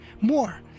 More